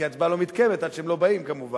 כי הצבעה לא מתקיימת עד שהם לא באים, כמובן.